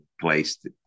placed